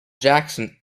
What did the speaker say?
jackson